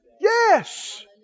Yes